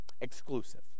exclusive